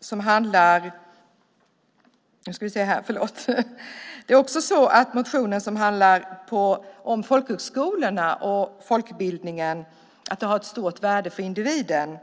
som handlar om folkhögskolorna och folkbildningen framgår det att de har ett stort värde för individen.